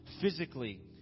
physically